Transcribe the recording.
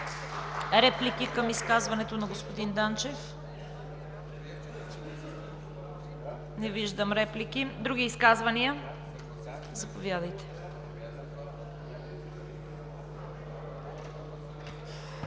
Реплики към изказването на господин Данчев? Не виждам реплики. Други изказвания? Заповядайте.